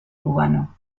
cubano